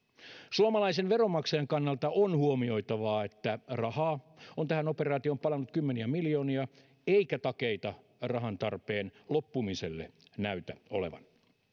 suomalaisen veronmaksajan kannalta on huomioitavaa että rahaa on tähän operaatioon palanut kymmeniä miljoonia eikä takeita rahantarpeen loppumiselle näytä olevan